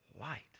light